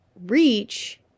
reach